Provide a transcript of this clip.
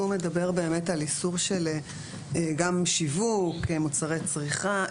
והוא מדבר באמת על איסור של גם שיווק מוצרי צריכה,